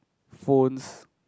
phones